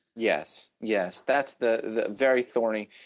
yes, yes, that's the the very thorny.